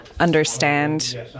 Understand